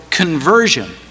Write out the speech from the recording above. Conversion